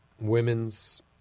Women's